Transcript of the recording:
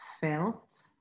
felt